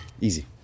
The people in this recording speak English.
Easy